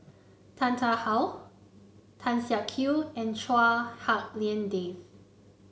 Tan Tarn How Tan Siak Kew and Chua Hak Lien Dave